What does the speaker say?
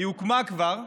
היא הוקמה כבר,